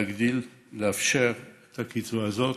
להגדיל ולאפשר את הקצבה הזאת.